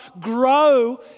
grow